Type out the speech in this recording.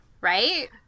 right